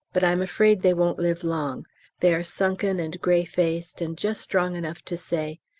but i'm afraid they won't live long they are sunken and grey-faced and just strong enough to say,